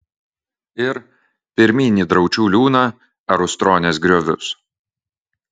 ir pirmyn į draučių liūną ar ustronės griovius